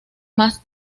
más